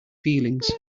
feelings